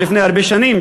לפני הרבה שנים,